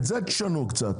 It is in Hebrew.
את זה תשנו קצת.